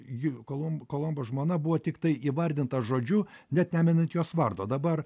jų kolombo kolombo žmona buvo tiktai įvardinta žodžiu net nemenant jos vardo dabar